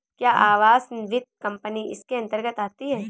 क्या आवास वित्त कंपनी इसके अन्तर्गत आती है?